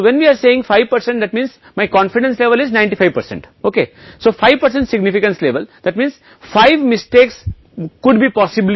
तो यह σ है दूसरी तरफ मान लीजिए कि इस मामले में अनुपात के मामले में यदि आप Z P hands P देखते हैं नमूना जनसंख्या population पर π है